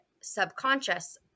subconscious